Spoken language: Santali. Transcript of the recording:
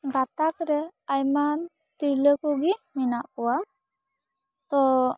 ᱜᱟᱛᱟᱠ ᱨᱮ ᱟᱭᱢᱟ ᱛᱤᱨᱞᱟᱹ ᱠᱚᱜᱮ ᱢᱮᱱᱟᱜ ᱠᱚᱣᱟ ᱛᱚ